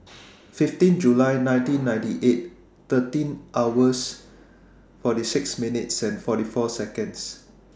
fifteen July nineteen ninety eight thirteen hours forty six minutes forty four Seconds